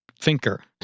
thinker